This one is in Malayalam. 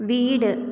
വീട്